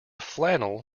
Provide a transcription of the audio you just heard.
flannel